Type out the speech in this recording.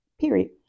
Period